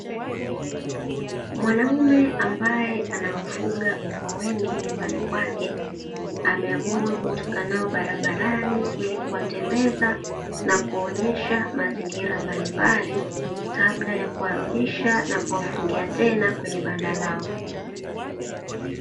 Mwanaume ambae anawafuga mbwa wengi nyumbani kwake, ameamua kutoka nao barabarani ili kuwatembeza na kuwaonyesha mazingira mbalimbali, kabla ya kuwarudisha na kuwafungia tena bandani katika banda lao.